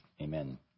amen